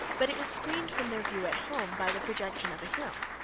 but it was screened from their view at home by the projection of a hill.